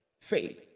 Faith